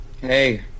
hey